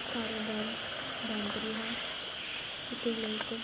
ਕਾਰੋਬਾਰ ਬੰਦ ਰਿਹਾ ਅਤੇ ਲੋਕ